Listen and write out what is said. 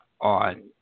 On